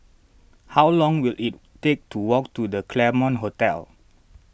how long will it take to walk to the Claremont Hotel